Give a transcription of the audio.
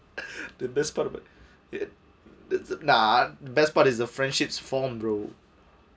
the best part of it it nah best part is the friendships form bro